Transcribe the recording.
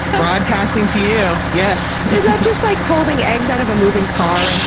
broadcasting to you! yes. is that just like holding eggs out of a moving car?